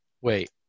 Wait